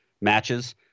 matches